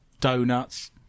donuts